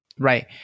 Right